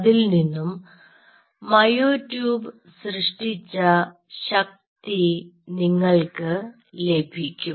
അതിൽ നിന്നും myotube സൃഷ്ടിച്ച ശക്തി നിങ്ങൾക്ക് ലഭിക്കും